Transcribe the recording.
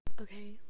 Okay